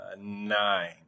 nine